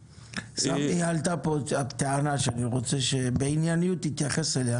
עלתה פה טענה שאני רוצה שבענייניות תתייחס אליה